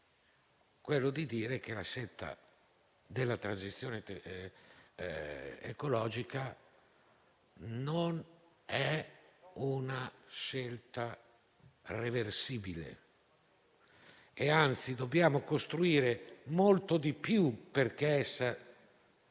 quella di dire che la transizione ecologica non è una scelta reversibile e che, anzi, dobbiamo costruire molto di più perché essa